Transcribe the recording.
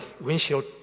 windshield